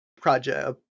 project